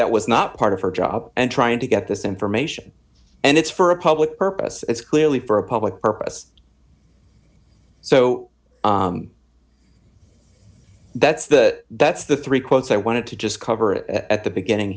that was not part of her job and trying to get this information and it's for a public purpose it's clearly for a public purpose so that's that that's the three quotes i wanted to just cover at the beginning